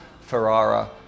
Ferrara